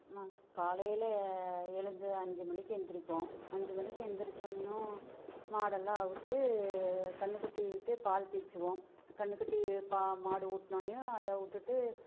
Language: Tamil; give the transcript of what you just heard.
நான் காலையில் எழுந்து அஞ்சு மணிக்கு எழுந்திரிப்போம் அஞ்சு மணிக்கு எழுந்திரிச்சோனையும் மாடெல்லாம் அவுழ்த்து கன்றுக்குட்டிய விட்டு பால் பீய்ச்சுவோம் கன்றுக்குட்டி பா மாடு ஊட்டினோனையும் அதை விட்டுட்டு